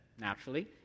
naturally